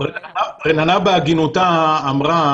רננה, בהגינותה, אמרה